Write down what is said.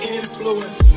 influence